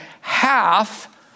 half